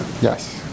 Yes